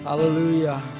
Hallelujah